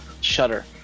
shutter